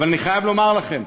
אבל אני חייב לומר לכם,